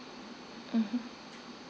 mmhmm